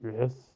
Yes